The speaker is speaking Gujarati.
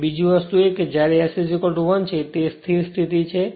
અને બીજે વસ્તુ એ કે જ્યારે S1 છે તે સ્થિર સ્થિતિ છે